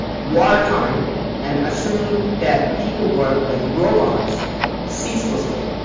war time and assume that people worked like robots ceaselessly.